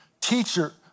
teacher